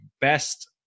best